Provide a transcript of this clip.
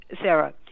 Sarah